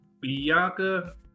Bianca